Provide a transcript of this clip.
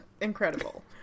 Incredible